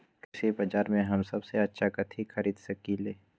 कृषि बाजर में हम सबसे अच्छा कथि खरीद सकींले?